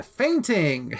fainting